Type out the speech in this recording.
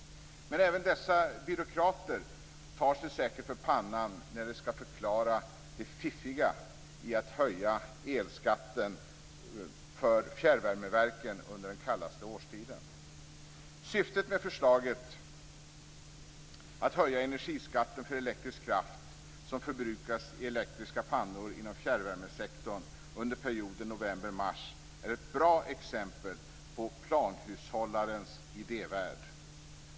Men även dessa byråkrater tar sig säkert för pannan när de skall förklara det fiffiga i att höja elskatten för fjärrvärmeverken under den kallaste årstiden. Syftet med förslaget att höja energiskatten för elektrisk kraft som förbrukas i elektriska pannor inom fjärrvärmesektorn under perioden november-mars är ett bra exempel på planhushållarens idévärld.